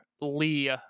Lee